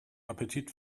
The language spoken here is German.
appetit